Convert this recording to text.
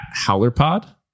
HowlerPod